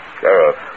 Sheriff